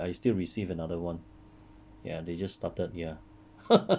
today today I I I still receive another one